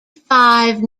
five